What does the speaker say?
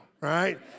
right